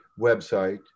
website